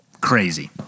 Crazy